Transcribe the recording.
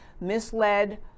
misled